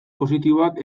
positiboak